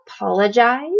apologize